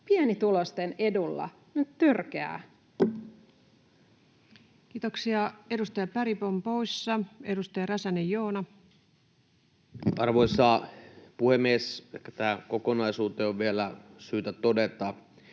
pienituloisten edulla. Törkeää. Kiitoksia. — Edustaja Bergbom, poissa. — Edustaja Räsänen, Joona. Arvoisa puhemies! Ehkä tähän kokonaisuuteen on vielä syytä todeta,